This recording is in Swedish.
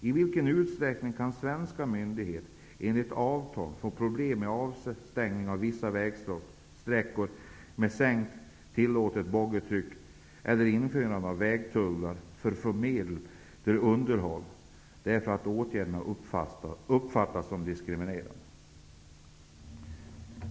I vilken utsträckning kan svenska myndigheter, enligt avtal, få problem med avstängning av vissa vägsträckor med sänkt tillåtet boggitryck, eller med införandet av vägtullar för att få medel till underhåll, därför att åtgärderna uppfattas som diskriminerande?